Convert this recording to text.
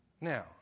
Now